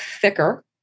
thicker